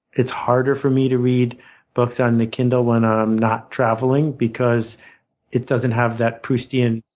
it's harder for me to read books on the kindle when i'm not traveling because it doesn't have that pristine